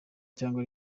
cyangwa